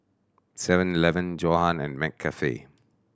Seven Eleven Johan and McCafe